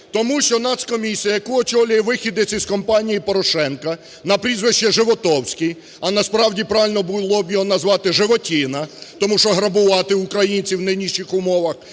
Тому що Нацкомісія, яку очолює виходець із компанії Порошенка на прізвище Животовський, а насправді правильно було б його назвати "животіна", тому що грабувати українців в нинішніх умовах